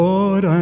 Lord